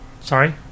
Sorry